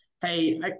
hey